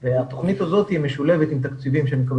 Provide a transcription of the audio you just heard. התוכנית הזאת משולבת עם תקציבים שאני מקבל